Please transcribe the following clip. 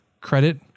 credit